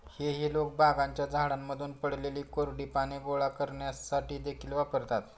हेई लोक बागांच्या झाडांमधून पडलेली कोरडी पाने गोळा करण्यासाठी देखील वापरतात